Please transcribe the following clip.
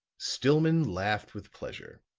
stillman laughed with pleasure.